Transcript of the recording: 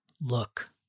Look